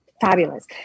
fabulous